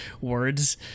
words